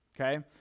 okay